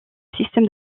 système